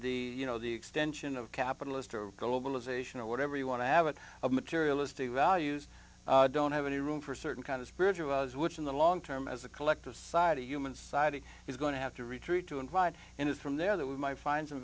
e you know the extension of capitalist or globalization or whatever you want to have a materialistic values don't have any room for certain kind of bridges which in the long term as a collective society human society is going to have to retreat to invite in it's from there that we might find some